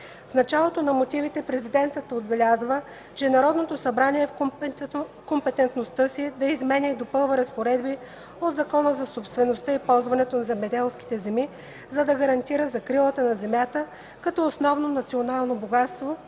В началото на мотивите Президентът отбелязва, че Народното събрание е в компетентността си да изменя и допълва разпоредби от Закона за собствеността и ползването на земеделските земи, за да гарантира закрилата на земята като основно национално богатство,